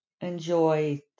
enjoy